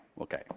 Okay